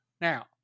Now